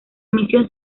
emisión